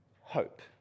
hope